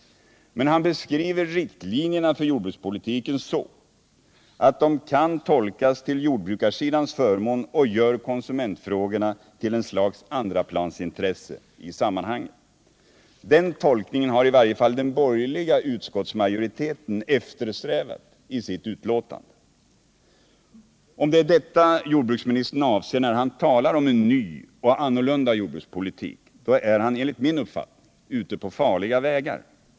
Men han beskriver riktlinjerna för jordbrukspo 16 december 1977 litiken så att de kan tolkas till jordbrukarsidans förmån och gör konsumentfrågorna till ett slags andraplansintresse i sammanhanget. Den = Jordbrukspolititolkningen har i varje fall den borgerliga utskottsmajoriteten eftersträvat — ken, m.m. i sitt betänkande. Om det är detta jordbruksministern avser när han talar om en ny och annorlunda jordbrukspolitik, då är han enligt min uppfattning ute på farliga vägar.